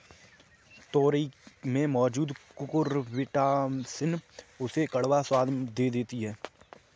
तोरई में मौजूद कुकुरबिटॉसिन उसे कड़वा स्वाद दे देती है